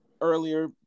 earlier